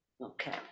Okay